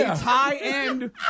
high-end